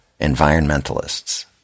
Environmentalists